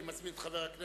אני מזמין את חבר הכנסת